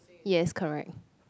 yes correct